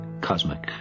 cosmic